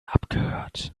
abgehört